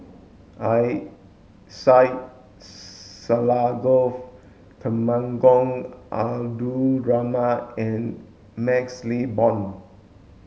Syed Alsagoff Temenggong Abdul Rahman and MaxLe Blond